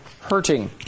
hurting